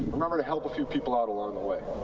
remember to help a few people out along the way.